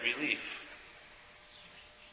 relief